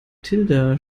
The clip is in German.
tilda